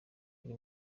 ari